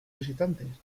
visitantes